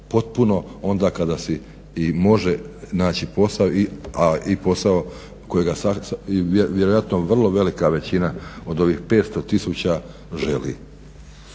potpuno onda kada si i može naći posao, a i posao kojega vjerojatno vrlo velika većina od ovih 500 tisuća želi.